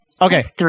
Okay